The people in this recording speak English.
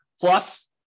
Plus